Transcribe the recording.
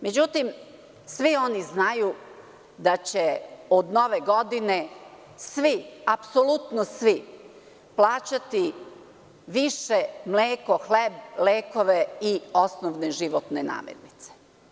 Međutim, svi oni znaju da će od Nove godine svi, apsolutno svi plaćati više mleko, hleb, lekove i osnovne životne namirnice.